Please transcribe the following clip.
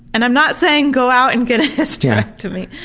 and i'm not saying go out and get a hysterectomy,